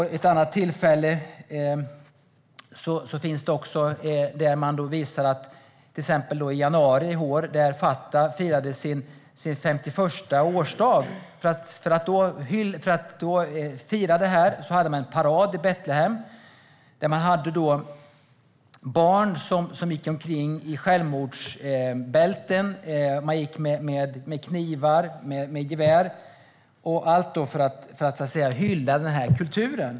Det finns också andra tillfällen; till exempel hade man i januari i år, då Fatah firade sin 51:a årsdag, en parad i Betlehem där barn gick omkring i självmordsbälten. Man gick också med knivar och gevär - allt för att hylla den här kulturen.